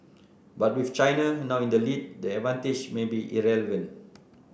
but with China now in the lead the advantage may be irrelevant